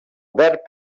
verb